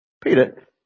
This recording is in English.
Peter